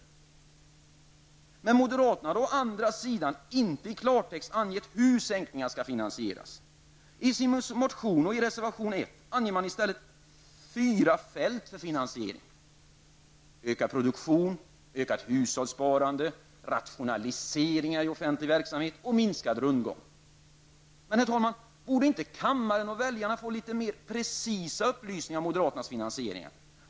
Men moderaterna har å andra sidan inte i klartext angett hur sänkningarna skall finansieras. I sin motion och i reservation 1 anger man i stället fyra fält för finansiering: Herr talman! Borde inte kammaren och väljarna få litet mera precisa upplysningar om moderaternas finansiering?